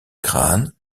crane